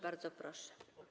Bardzo proszę.